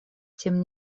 тем